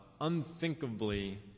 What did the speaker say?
unthinkably